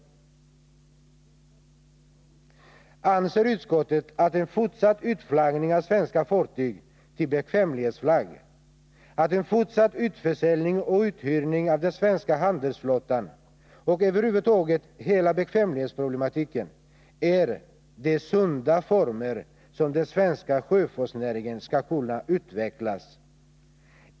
Anser utskottet att en fortsatt utflaggning av svenska fartyg till bekvämlighetsflagg, en fortsatt utförsäljning och uthyrning av den svenska handelsflottan och över huvud taget hela bekvämlighetsflaggsproblematiken är de sunda former som den svenska sjöfartsnäringen skall kunna utvecklas i?